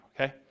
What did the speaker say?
okay